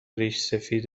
ریشسفید